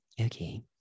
Okay